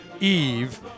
Eve